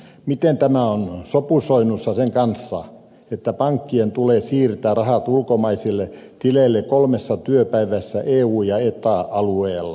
miten tämä on sopusoinnussa sen kanssa että pankkien tulee siirtää rahat ulkomaisille tileille kolmessa työpäivässä eu ja eta alueella